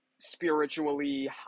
spiritually